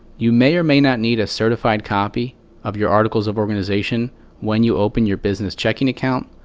you may or may not need a certified copy of your articles of organization when you open your business checking account,